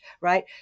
right